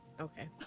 Okay